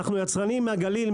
אנחנו יצרנים מהגליל,